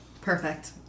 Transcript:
perfect